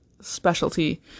specialty